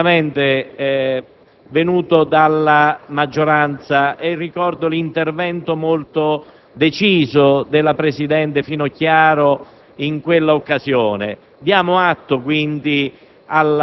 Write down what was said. certamente far riflettere la maggioranza sulla necessità di riformare le procedure della legge di bilancio, ma dovrebbe anche consigliare